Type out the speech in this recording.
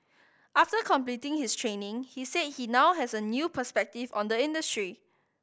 after completing his training he said he now has a new perspective on the industry